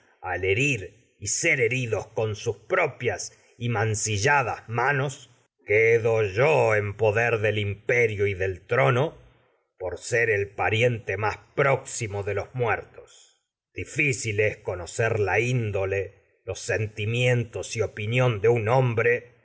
al herir y ser con propias y y mancilladas manos por ser quedo yo v poder del imperio del trono el pariente más la próxima de los muertos difícil sentimientos le vea es conocer índole los de que se y opinión de un hombre